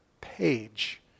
page